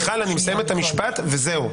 מיכל, אני מסיים את המשפט, וזהו.